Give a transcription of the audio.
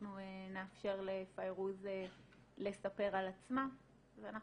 אנחנו נאפשר לפיירוז לספר על עצמה ואנחנו,